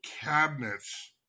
cabinets